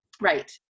Right